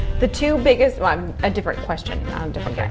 the two biggest. um a different question um different. yeah